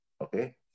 Okay